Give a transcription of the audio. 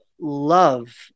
love